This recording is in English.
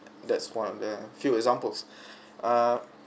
that's one of the few examples err